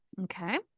Okay